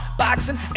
boxing